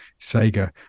sega